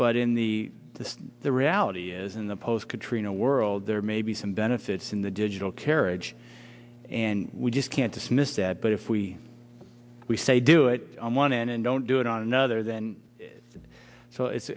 but in the the reality is in the post katrina world there may be some benefits in the digital carriage and we just can't dismiss dead but if we we say do it on one end and don't do it on another then so